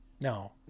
No